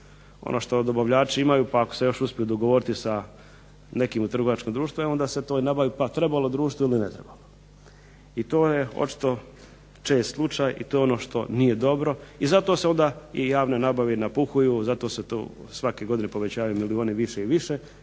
Ono što dobavljači imaju pa ako se još uspiju dogovoriti s nekim u trgovačkom društvu onda se to nabavi trebalo društvu ili ne trebalo. To je naročito čest slučaj i to je ono što nije dobro, zato se onda javne nabave napuhuju, zato se tu svake godine povećavaju milijuni više i više